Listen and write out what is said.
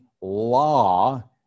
law